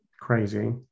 crazy